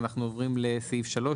אנחנו עוברים לסעיף 3,